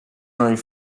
named